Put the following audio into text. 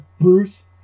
Bruce